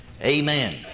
Amen